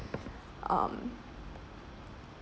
um